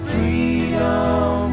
Freedom